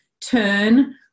turn